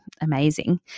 amazing